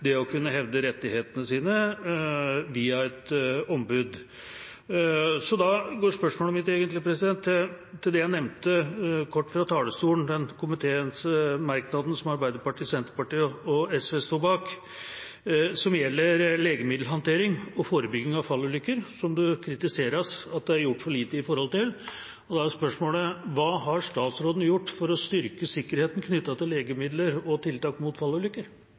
det å kunne hevde rettighetene sine via et ombud. Spørsmålet mitt går egentlig på det jeg nevnte kort fra talerstolen, den komitèmerknaden som Arbeiderpartiet, Senterpartiet og SV står bak, som gjelder legemiddelhåndtering og forebygging av fallulykker, der det kritiseres at det er gjort for lite. Spørsmålet er: Hva har statsråden gjort for å styrke sikkerheten knyttet til legemidler og tiltak mot fallulykker?